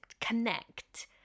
connect